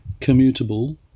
commutable